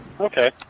Okay